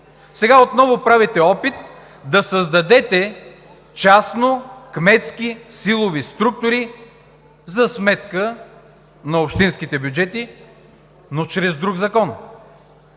Сега отново правите опит да създадете частно-кметски силови структури за сметка на общинските бюджети, но чрез друг закон.